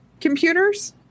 computers